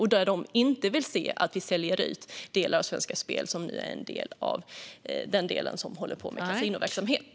Alla vill inte se att vi säljer ut de delar av Svenska Spel som håller på med kasinoverksamhet.